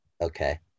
okay